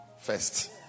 first